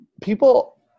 people